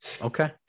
Okay